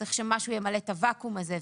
צריך שמשהו ימלא את הוואקום הזה.